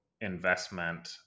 investment